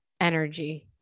energy